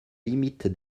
limite